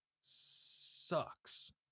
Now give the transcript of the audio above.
sucks